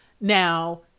Now